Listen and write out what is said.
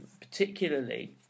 particularly